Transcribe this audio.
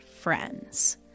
friends